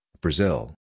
Brazil